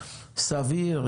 סביר,